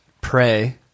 pray